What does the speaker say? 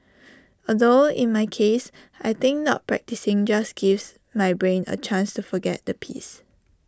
although in my case I think not practising just gives my brain A chance to forget the piece